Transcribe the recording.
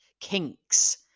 kinks